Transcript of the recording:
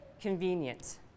convenient